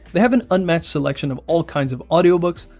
they have an unmatched selection of all kinds of audiobooks,